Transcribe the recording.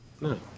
No